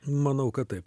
manau kad taip